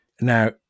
now